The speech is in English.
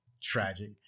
tragic